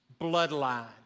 bloodline